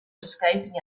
escaping